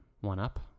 one-up